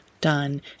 done